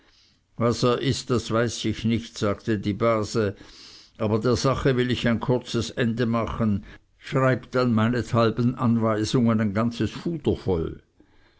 was er ist das weiß ich nicht sagte die base aber der sache will ich ein kurzes ende machen schreibt dann meinethalben anweisungen ein ganz fuder voll